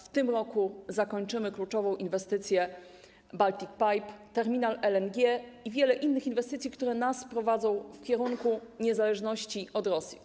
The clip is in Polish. W tym roku zakończymy kluczową inwestycję Baltic Pipe, terminal LNG i wiele innych inwestycji, które nas prowadzą w kierunku niezależności od Rosji.